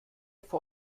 vor